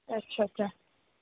अच्छा अच्छा